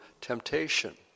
temptation